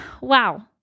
Wow